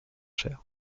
cher